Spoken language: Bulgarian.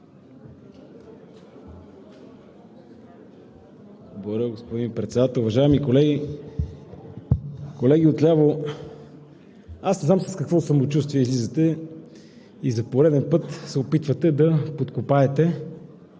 Благодаря, господин Председател. Уважаеми колеги! Колеги отляво, аз не знам с какво самочувствие излизате и за пореден път се опитвате да подкопаете